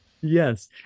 Yes